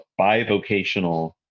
bivocational